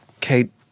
kate